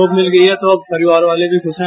job मिल गई है तो परिवार वाले भी खुश है